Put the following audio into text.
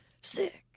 Sick